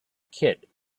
kid